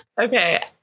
Okay